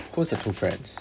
who's your two friends